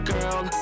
Girl